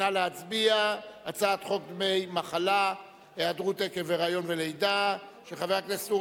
נא להצביע הצעת חוק דמי מחלה (היעדרות עקב היריון ולידה של בת-זוג)